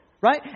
right